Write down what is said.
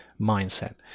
mindset